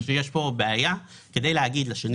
אנחנו חושבים שיש כאן בעיה כדי להגיד לשני